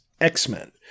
X-Men